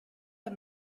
der